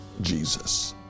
Jesus